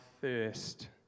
thirst